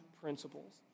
principles